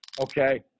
Okay